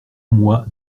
moi